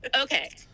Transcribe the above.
okay